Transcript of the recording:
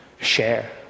share